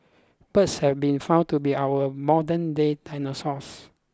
birds have been found to be our modernday dinosaurs